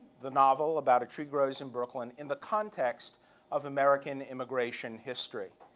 the novel, about a tree grows in brooklyn, in the context of american immigration history.